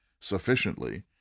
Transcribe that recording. sufficiently